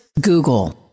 Google